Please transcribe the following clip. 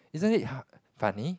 isn't it ha funny